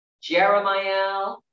Jeremiah